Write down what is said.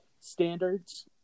standards